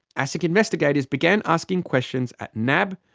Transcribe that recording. asic investigators began asking questions at nab,